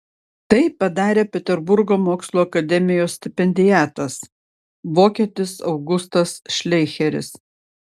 tai padarė peterburgo mokslų akademijos stipendiatas vokietis augustas šleicheris